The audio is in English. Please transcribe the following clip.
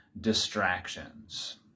distractions